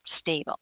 stable